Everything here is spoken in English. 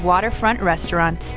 waterfront restaurant